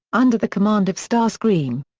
under the command of starscream.